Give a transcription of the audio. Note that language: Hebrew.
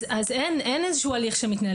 אז אין איזשהו הליך שמתנהל,